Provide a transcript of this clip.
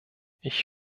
ich